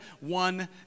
one